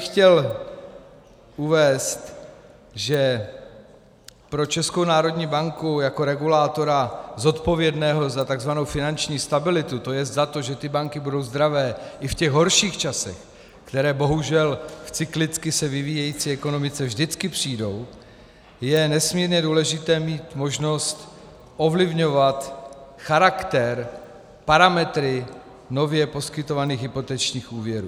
Chtěl bych uvést, že pro Českou národní banku jako regulátora zodpovědného za takzvanou finanční stabilitu, to je za to, že banky budou zdravé i v těch horších časech, které bohužel v cyklicky se vyvíjející ekonomice vždycky přijdou, je nesmírně důležité mít možnost ovlivňovat charakter, parametry nově poskytovaných hypotečních úvěrů.